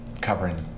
covering